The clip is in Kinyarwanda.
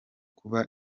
kuba